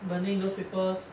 burning those papers